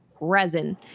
resin